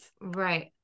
right